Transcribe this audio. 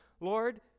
Lord